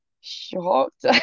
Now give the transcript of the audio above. shocked